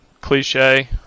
cliche